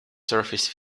surface